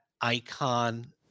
icon